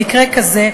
במקרה כזה,